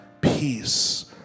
peace